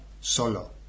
Solo